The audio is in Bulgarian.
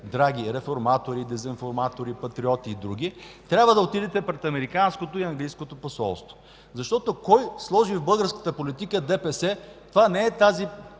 драги реформатори, дезинформатори, патриоти и други, трябва да отидете пред Американското и Английското посолство. Кой сложи в българската политика ДПС? Това не е тази